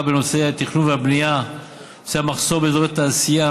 בנושא התכנון והבנייה ובנושא המחסור באזורי תעשייה,